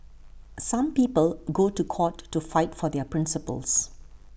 some people go to court to fight for their principles